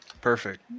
Perfect